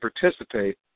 participate